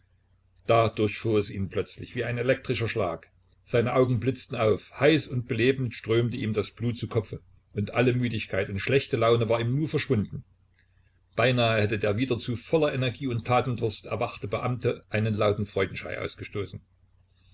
da durchfuhr es ihn plötzlich wie ein elektrischer schlag seine augen blitzten auf heiß und belebend strömte ihm das blut zu kopfe und alle müdigkeit und schlechte laune war im nu verschwunden beinahe hätte der wieder zu voller energie und tatendurst erwachte beamte einen lauten freudeschrei ausgestoßen